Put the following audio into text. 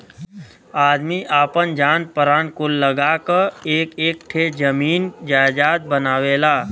आदमी आपन जान परान कुल लगा क एक एक ठे जमीन जायजात बनावेला